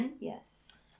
Yes